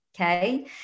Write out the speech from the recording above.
Okay